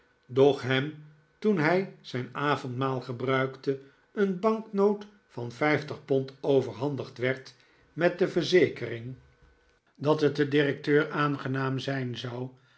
doch hem toen hij zyn avondmaal gebruikte een banknoot van vijftig pond overhandigd werd met de verzekering dat het den jozef grimaldi directeur aangenaam zijn zou